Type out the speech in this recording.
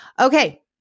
Okay